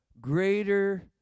greater